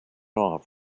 off